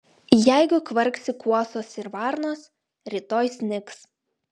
jeigu kvarksi kuosos ir varnos rytoj snigs